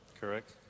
Correct